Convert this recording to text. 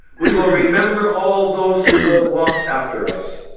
we will remember all those who will walk after us,